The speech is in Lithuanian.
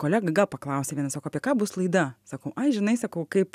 kolega gal paklausė vienas o apie ką bus laida sakau ai žinai sakau kaip